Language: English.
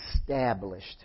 established